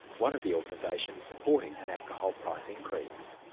one of the organisations supporting an alcohol price increase.